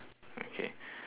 okay